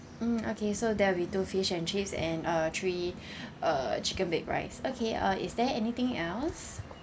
mm okay so that will be two fish and chips and uh three err chicken baked rice okay uh is there anything else